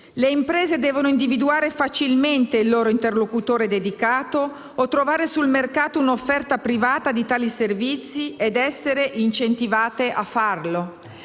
Le imprese devono individuare facilmente il loro interlocutore dedicato o trovare sul mercato un'offerta privata di tali servizi ed essere incentivate a farlo.